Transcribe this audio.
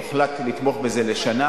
הוחלט לתמוך בזה לשנה,